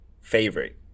favorite